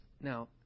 Now